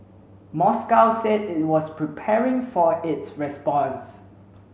Moscow said it was preparing for its response